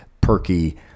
perky